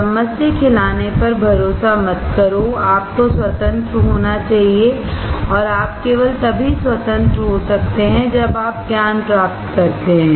चम्मच से खिलाने पर भरोसा मत करो आपको स्वतंत्र होना चाहिए और आप केवल तभी स्वतंत्र हो सकते हैं जब आप ज्ञान प्राप्त करते हैं